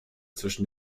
zwischen